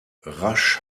rasch